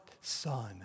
son